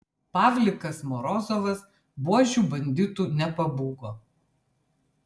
pavlikas morozovas buožių banditų nepabūgo